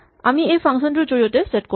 আমি এই ফাংচন টোৰ জৰিয়তে ছেট কৰো